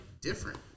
different